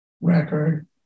record